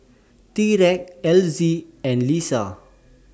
Tyreek Elzie and Lissa